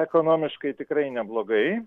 ekonomiškai tikrai neblogai